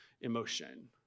emotion